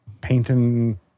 painting